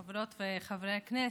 חברות וחברי הכנסת,